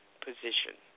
position